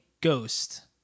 ghost